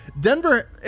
Denver